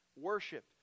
worship